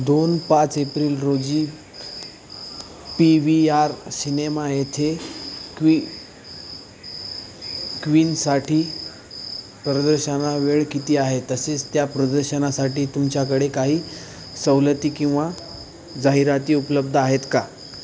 दोन पाच एप्रिल रोजी पी वी आर सिनेमा येथे क्वी क्वीनसाठी प्रदर्शन वेळ किती आहे तसेच त्या प्रदर्शनासाठी तुमच्याकडे काही सवलती किंवा जाहिराती उपलब्ध आहेत का